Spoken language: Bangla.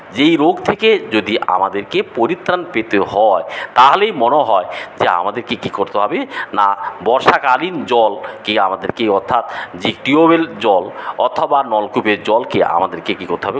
যে রোগ থেকে যদি আমাদেরকে পরিত্রাণ পেতে হয় তাহলেই মনে হয় আমাদের কী কী করতে হবে না বর্ষাকালীন জলকে আমাদেরকে অর্থাৎ যে টিউবওয়েল জল অথবা নলকূপের জলকে আমাদের কী করতে হবে গরম করতে হবে